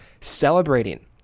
celebrating